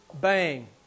Bang